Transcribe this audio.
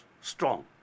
strong